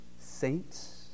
Saints